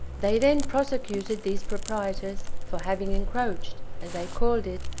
they then prosecuted these proprietors for having encroached, as they called it,